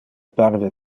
parve